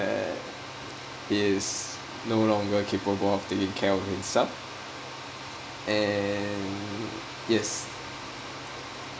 he is no longer capable of taking care of himself and yes